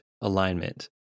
alignment